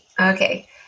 Okay